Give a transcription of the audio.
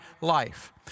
life